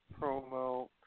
promo